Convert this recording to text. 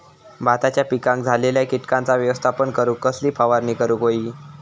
भाताच्या पिकांक झालेल्या किटकांचा व्यवस्थापन करूक कसली फवारणी करूक होई?